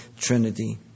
Trinity